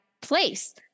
place